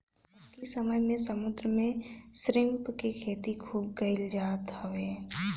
अबकी समय में समुंदर में श्रिम्प के खेती खूब कईल जात हवे